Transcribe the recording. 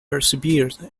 persevered